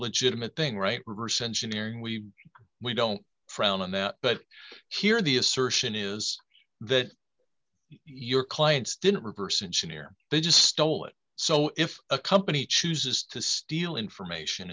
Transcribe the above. legitimate thing right reverse engineering we we don't frown on that but here the assertion is that your clients didn't reverse engineer they just stole it so if a company chooses to steal information